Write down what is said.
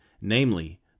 namely